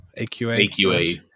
AQA